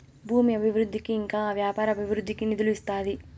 భూమి అభివృద్ధికి ఇంకా వ్యాపార అభివృద్ధికి నిధులు ఇస్తాది